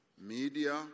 media